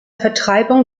vertreibung